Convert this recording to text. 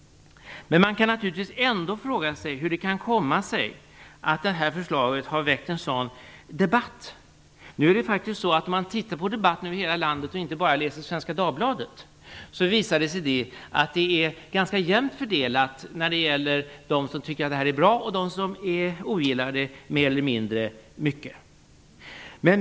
Man kan naturligtvis fråga sig hur det kan komma sig att förslaget har väckt en sådan debatt. Om man ser till debatten över hela landet och inte bara läser Svenska Dagbladet, visar det sig att det är ganska jämt fördelat mellan dem som tycker att förslaget är bra och dem som ogillar det mer eller mindre mycket.